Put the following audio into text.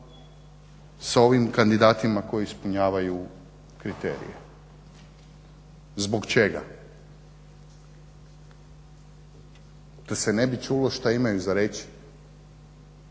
s ovim kandidatima koji ispunjavaju kriterije. Zbog čega? Da se ne bi čulo šta imaju za reći?